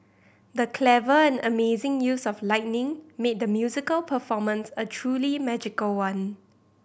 the clever and amazing use of lightning made the musical performance a truly magical one